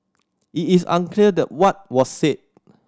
it is unclear the what was said